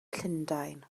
llundain